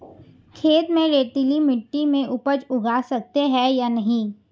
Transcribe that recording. खेत में रेतीली मिटी में उपज उगा सकते हैं या नहीं?